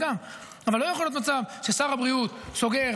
אבל לא יכול להיות מצב ששר הבריאות סוגר